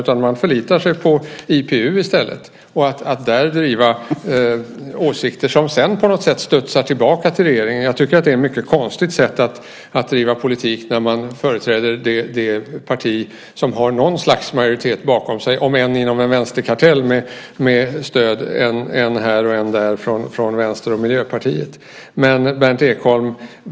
Man förlitar sig på IPU och på att där driva åsikter som sedan studsar tillbaka till regeringen. Jag tycker att det är ett mycket konstigt sätt att bedriva politik när man företräder det parti som har något slags majoritet bakom sig, även om det är inom en vänsterkartell med stöd än här och än där från Vänstern och Miljöpartiet.